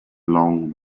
long